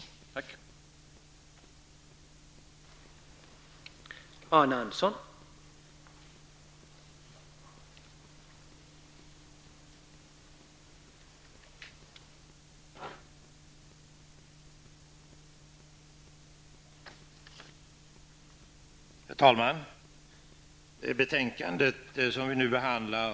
Tack.